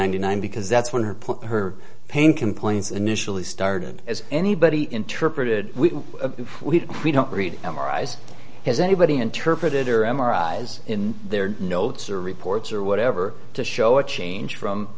ninety nine because that's when her put her pain complaints initially started as anybody interpreted we don't read our eyes has anybody interpreted or m r eyes in their notes or reports or whatever to show a change from